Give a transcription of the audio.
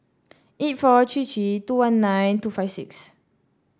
eight four three three two one nine two five six